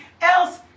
else